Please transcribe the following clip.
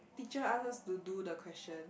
teacher ask us to do the question